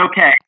okay